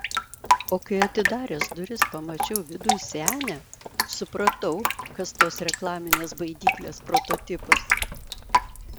o kai atidaręs duris pamačiau viduj senę supratau kas tos reklaminės baidyklės prototipas